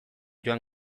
joan